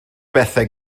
bethau